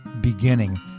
beginning